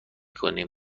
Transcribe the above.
کنیم